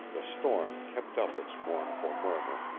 the storm kept up its mournful murmur,